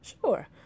Sure